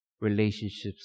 relationships